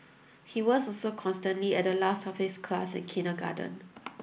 he was also constantly at the last of his class in kindergarten